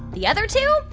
the other two?